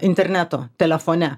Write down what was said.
interneto telefone